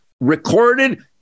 recorded